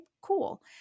cool